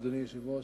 אדוני היושב-ראש,